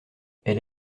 elle